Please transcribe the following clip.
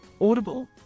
Audible